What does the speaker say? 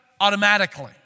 automatically